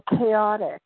chaotic